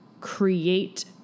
create